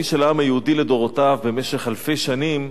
היהודי לדורותיו במשך אלפי שנים,